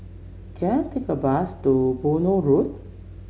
can I take a bus to Benoi Road